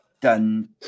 done